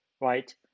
right